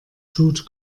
tut